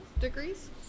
degrees